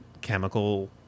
chemical